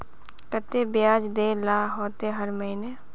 केते बियाज देल ला होते हर महीने?